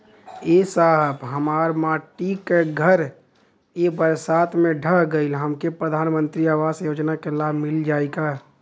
ए साहब हमार माटी क घर ए बरसात मे ढह गईल हमके प्रधानमंत्री आवास योजना क लाभ मिल जाई का?